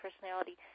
personality